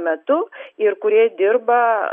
metu ir kurie dirba